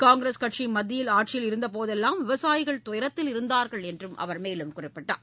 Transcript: காங்கிரஸ் கட்சி மத்தியில் ஆட்சியில் இருந்தபோதெல்லாம் விவசாயிகள் தயரத்தில் இருந்தார்கள் என்றும் அவர் கூறினார்